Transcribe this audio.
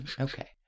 Okay